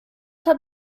hat